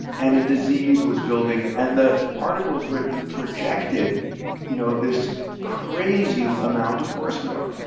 and the disease was building, and the articles written projected you know this crazy amount of horse manure.